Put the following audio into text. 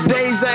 Days